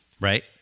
right